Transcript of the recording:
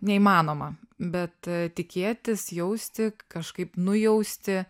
neįmanoma bet tikėtis jausti kažkaip nujausti